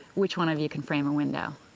which one of you can frame a window?